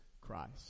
Christ